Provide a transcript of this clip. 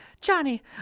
Johnny